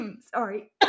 Sorry